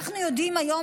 היום,